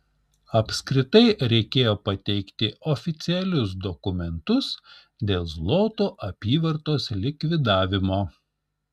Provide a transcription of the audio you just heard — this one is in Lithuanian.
apskritai reikėjo pateikti oficialius dokumentus dėl zlotų apyvartos likvidavimo